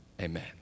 amen